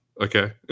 okay